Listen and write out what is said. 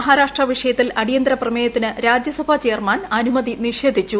മഹാരാഷ്ട്ര വിഷയത്തിൽ അടിയന്തര പ്രമേയത്തിന് രാജ്യസഭ ചെയർമാൻ അനുമതി നിഷേധിച്ചു